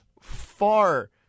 far